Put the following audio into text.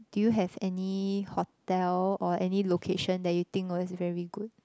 do you have any hotel or any location that you think was very good